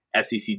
SEC